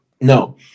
No